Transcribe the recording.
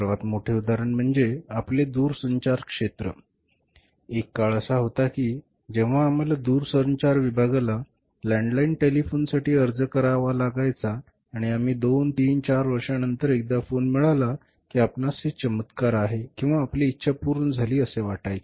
सर्वात मोठे उदाहरण म्हणजे आपले दूरसंचार क्षेत्र एक काळ असा होता की जेव्हा आम्हाला दूरसंचार विभागाला लँडलाईन टेलिफोनसाठी अर्ज करावा लागायचा आणि आम्ही 2 3 4 वर्षांनंतर एकदा फोन मिळाला की आपणास हे चमत्कार आहे किंवा आपली इच्छा पूर्ण झाली असे वाटायचे